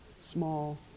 small